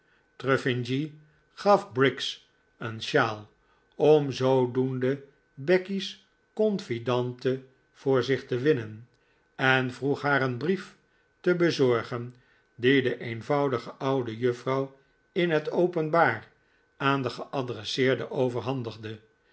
trufflgny gaf briggs een sjaal om zoodoende becky's confidante voor zich te winnen en vroeg haar een brief te bezorgen dien de eenvoudige oude juffrouw in het openbaar aan de geadresseerde overhandigde